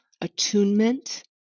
attunement